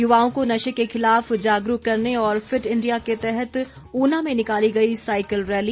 युवाओं को नशे के खिलाफ जागरूक करने और फिट इंडिया के तहत ऊना में निकाली गई साईकिल रैली